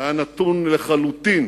שהיה נתון לחלוטין